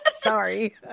Sorry